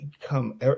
come